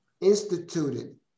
instituted